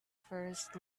first